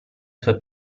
suoi